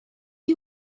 you